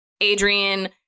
Adrian